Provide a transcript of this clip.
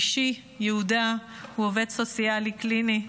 אישי, יהודה, הוא עובד סוציאלי קליני,